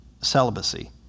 celibacy